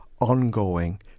ongoing